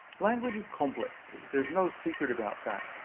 language is complex, there's no secret about that.